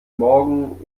morgen